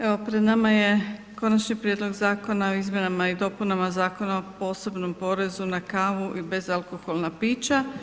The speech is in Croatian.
Evo pred nama je Konačni prijedlog Zakona o izmjenama i dopunama Zakona o posebnom porezu na kavu i bezalkoholna pića.